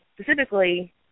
Specifically